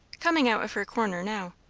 coming out of her corner now.